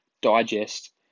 digest